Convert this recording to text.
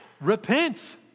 repent